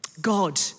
God